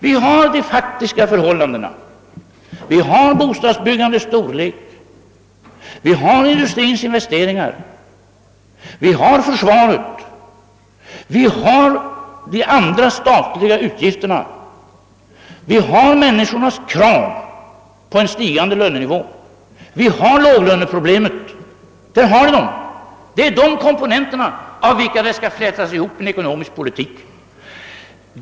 Vi har de faktiska förhållandena. Vi har bostadsbyggandets storlek, vi har industrins investeringar, vi har försvaret, vi har de andra statliga utgifterna, vi har människornas krav på en stigande lönenivå, vi har låglöneproblemet. Det är de komponenter, av vilka en ekonomisk politik skall flätas samman.